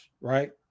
right